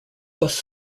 bus